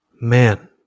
Man